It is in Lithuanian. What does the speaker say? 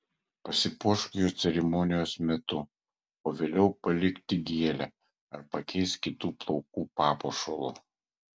pasipuošk juo ceremonijos metu o vėliau palik tik gėlę ar pakeisk kitu plaukų papuošalu